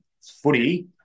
footy